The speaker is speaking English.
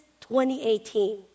2018